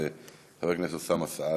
חבר הכנסת אוסאמה סעדי,